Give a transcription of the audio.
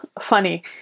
funny